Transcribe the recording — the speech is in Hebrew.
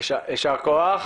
יישר כוח.